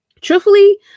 Truthfully